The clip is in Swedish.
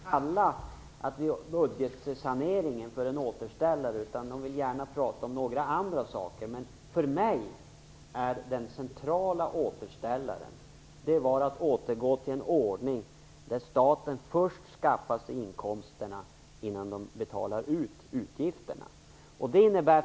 Fru talman! Jag förstår att väldigt många av dem som satt i den förra regeringen ogärna vill kalla budgetsaneringen för en återställare, utan de vill gärna prata om andra saker. Men för mig var den centrala återställaren att återgå till en ordning där staten först skaffar sig inkomsterna innan utgifterna betalas ut.